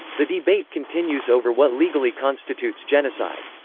the debate continues over what legally constitutes genocide.